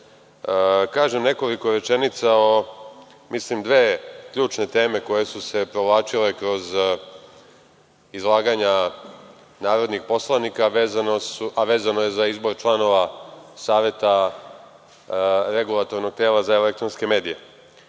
kažem nekoliko rečenica o mislim dve ključne teme koje su se provlačile kroz izlaganja narodnih poslanika, a vezano je za izbor članova Saveta REM.Prvo, želim da se osvrnem